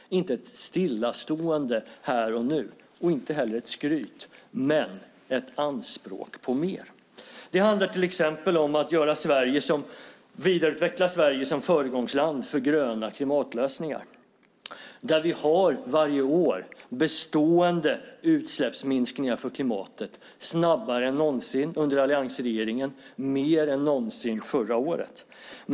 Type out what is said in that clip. Det är inte ett stillastående här och nu, och inte heller något skryt. Men det är ett anspråk på mer. Det handlar till exempel om att vidareutveckla Sverige som föregångsland för gröna klimatlösningar där vi varje år har bestående utsläppsminskningar för klimatet, snabbare än någonsin under alliansregeringen och mer än någonsin förra året.